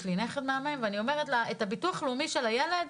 יש לי נכד מהמם ואני אומרת לה 'את הביטוח הלאומי של הילד,